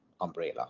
umbrella